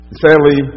sadly